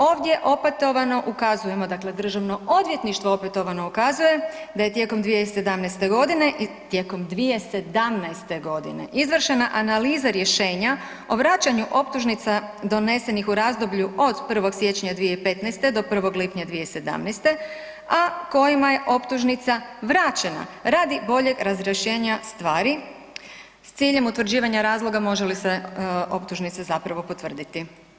Ovdje opetovano ukazujemo dakle državno odvjetništvo opetovano ukazuje da je tijekom 2017. godine, tijekom 2017. godine izvršena analiza rješenja o vraćanju optužnica donesenih u razdoblju od 1. siječnja 2015. do 1. lipnja 2017., a kojima je optužnica vraćena radi boljeg razrješenja stvari s ciljem utvrđivanja razloga može li se optužnica zapravo potvrditi.